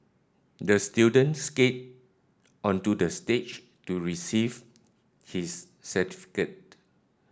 the student skated onto the stage to receive his certificate